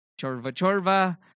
chorva-chorva